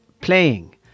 playing